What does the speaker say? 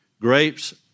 grapes